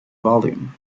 volume